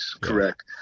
Correct